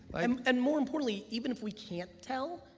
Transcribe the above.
um and more importantly, even if we can't tell,